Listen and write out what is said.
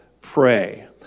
pray